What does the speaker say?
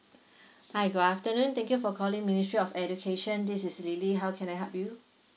hi good afternoon thank you for calling ministry of education this is lily how can I help you